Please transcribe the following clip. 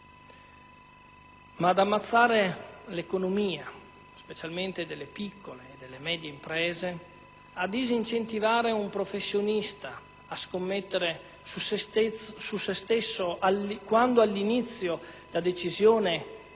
Ad ammazzare l'economia, specialmente quella delle piccole e medie imprese, a disincentivare un professionista a scommettere su se stesso quando all'inizio la decisione